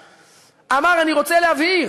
ואמר: אני רוצה להבהיר,